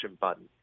button